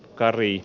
kari